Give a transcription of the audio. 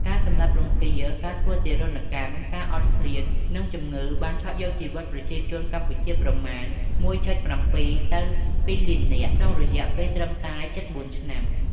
ការសម្លាប់រង្គាល ការធ្វើទារុណកម្ម ការអត់ឃ្លាន និងជំងឺបានឆក់យកជីវិតប្រជាជនកម្ពុជាប្រមាណ ១.៧ ទៅ ២ លាននាក់ ក្នុងរយៈពេលត្រឹមតែជិត ៤ ឆ្នាំ។